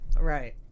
Right